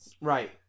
Right